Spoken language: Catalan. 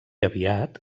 aviat